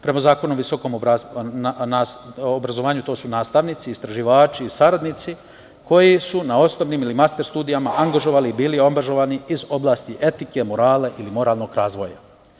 Prema Zakonu o visokom obrazovanju, to su nastavnici, istraživači i saradnici koji su na osnovnim i master studijama angažovani ili bili angažovani iz oblasti etike, morala ili moralnog razvoja.